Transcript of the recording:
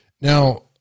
Now